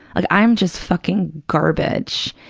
like i'm just fucking garbage.